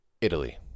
italy